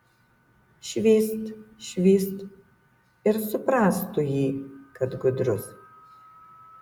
švyst švyst ir suprask tu jį kad gudrus